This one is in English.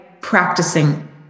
practicing